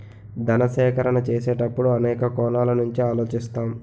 ధన సేకరణ చేసేటప్పుడు అనేక కోణాల నుంచి ఆలోచిస్తాం